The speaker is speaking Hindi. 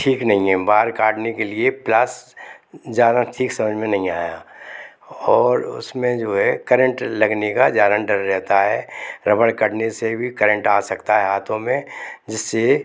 ठीक नहीं है बार काटने के लिए प्लास ज्यादा ठीक समझ में नहीं आया और उसमें जो है करंट लगने का ज्यादा डर रहता है रबड़ कटने से भी करंट आ सकता है हाथों में जिससे